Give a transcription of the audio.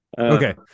Okay